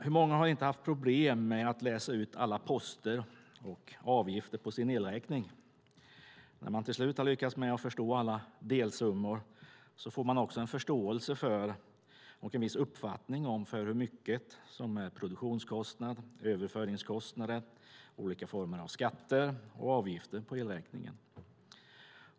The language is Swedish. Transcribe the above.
Hur många har inte haft problem med att läsa ut alla poster och avgifter på sin elräkning? När man till slut har lyckats förstå alla delsummor får man också en förståelse för och en viss uppfattning om hur mycket som är produktionskostnader, överföringskostnader och olika former av skatter och avgifter på elräkningen.